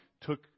took